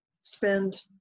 spend